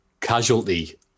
Casualty